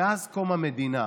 מאז קום המדינה.